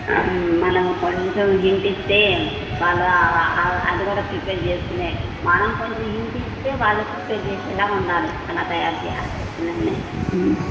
మనము కొంచెం హింట్ ఇస్తే వాళ్ళు అది కూడా ప్రిపేర్ చేసుకునే మనం కొంచెం హింట్ ఇస్తే వాళ్ళు ప్రిపేర్ చేసేలాగ ఉండాలి అలా తయారు చేయాలి పిల్లల్ని